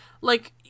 like-